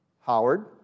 Howard